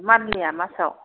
मान्थलिआ मासाव